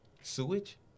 Sewage